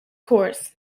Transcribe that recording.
course